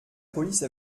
police